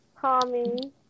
Tommy